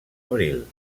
abril